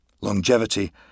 Longevity